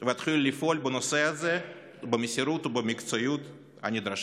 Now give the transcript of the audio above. ויתחילו לפעול בנושא הזה במסירות ובמקצועיות הנדרשות.